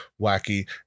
wacky